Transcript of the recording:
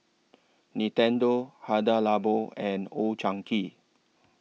Nintendo Hada Labo and Old Chang Kee